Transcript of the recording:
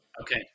Okay